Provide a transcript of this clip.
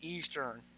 Eastern